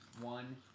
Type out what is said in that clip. one